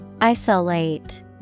Isolate